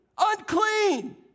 unclean